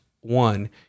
one